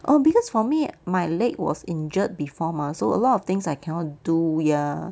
oh because for me my leg was injured before mah so a lot of things I cannot do ya